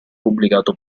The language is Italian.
pubblicato